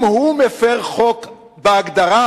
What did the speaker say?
אם הוא מפר חוק בהגדרה,